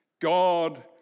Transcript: God